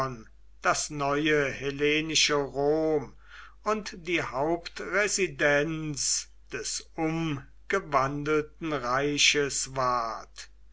das neue hellenische rom und die hauptresidenz des umgewandelten reiches ward